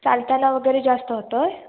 चालताना वगैरे जास्त होतो आहे